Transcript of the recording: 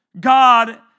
God